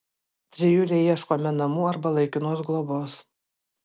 trijulei ieškome namų arba laikinos globos